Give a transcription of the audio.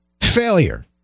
failure